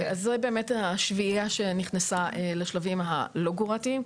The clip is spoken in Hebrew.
זו השביעייה שנכנסה לשלבים הלא גרורתיים,